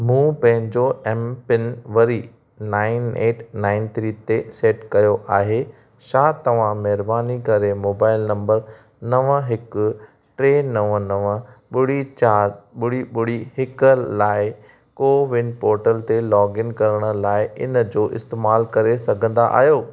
मूं पंहिंजो M PIN वरी नाइन एट नाइन थ्री ते सेट कयो आहे छा तव्हां महिरबानी करे मोबाइल नंबर नव हिक टे नव नव ॿुडी चारि ॿुडी ॿुडी हिक लाइ कोविन पोर्टल ते लॉगइन करण लाइ इन जो इस्तेमाल करे सघंदा आहियो